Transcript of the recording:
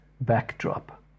backdrop